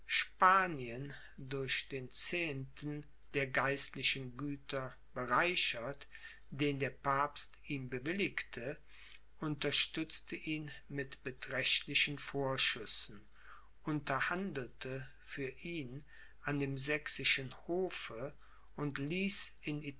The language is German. spanien durch den zehenten der geistlichen güter bereichert den der papst ihm bewilligte unterstützte ihn mit beträchtlichen vorschüssen unterhandelte für ihn an dem sächsischen hofe und ließ